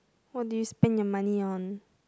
what do you spend your money on